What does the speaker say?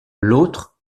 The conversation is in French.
l’autre